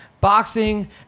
boxing